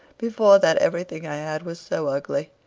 before that everything i had was so ugly.